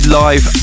live